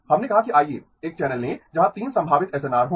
हमने कहा कि आइए एक चैनल लें जहां 3 संभावित एसएनआर हों